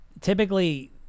typically